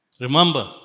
Remember